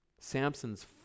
Samson's